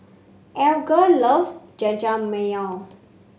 Alger loves Jajangmyeon